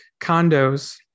condos